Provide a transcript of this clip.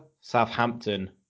Southampton